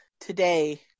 today